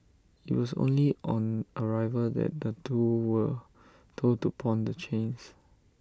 IT was only on arrival that the two were told to pawn the chains